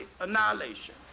annihilation